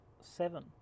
seven